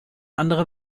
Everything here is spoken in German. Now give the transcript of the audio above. andere